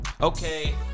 Okay